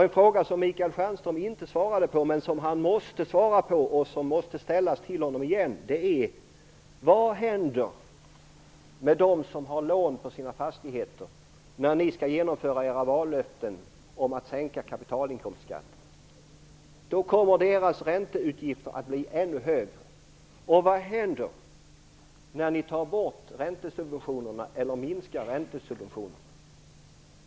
En fråga som Michael Stjernström inte svarade på, men som han måste svara på och som måste ställas till honom igen är: Vad händer med dem som har lån på sina fastigheter när ni skall genomföra era vallöften om att sänka kapitalinkomstskatten? Då kommer deras ränteutgifter att bli ännu högre. Och vad händer när ni tar bort räntesubventionerna eller minskar dem?